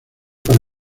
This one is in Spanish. para